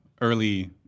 early